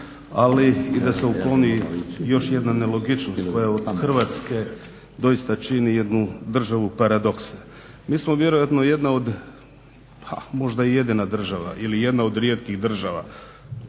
ali i da se ukloni još jedna nelogičnost koja od Hrvatske doista čini jednu državu paradoksa. Mi smo vjerojatno jedna od, a možda i jedina država, ili jedna od rijetkih država,